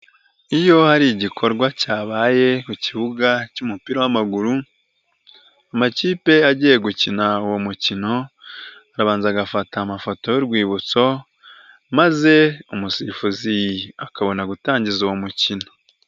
Iyo hari igikorwa cyabaye ku kibuga cy'umupira w'amaguru amakipe agiye gukina uwo mukino arabanza agafata amafoto y'urwibutso maze umusifuzi akabona gutangiza uwo mukino.